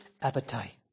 appetite